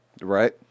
Right